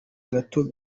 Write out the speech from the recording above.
gato